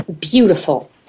beautiful